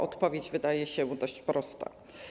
Odpowiedź wydaje się dość prosta.